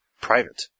Private